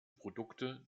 produkte